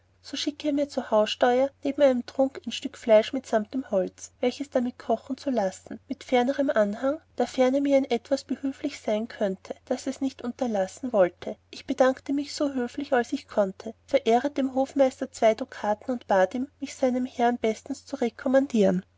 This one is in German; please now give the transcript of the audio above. so schickte er mir zur haussteur neben einem trunk ein stück fleisch mitsamt dem holz solches dabei kochen zu lassen mit fernerm anhang dafern er mir in etwas behülflichen sein könnte daß ers nicht unterlassen wollte ich bedankte mich so höflich als ich konnte verehret dem hofmeister zwo dukaten und bat ihn mich seinem herrn bestens zu